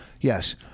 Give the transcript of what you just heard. Yes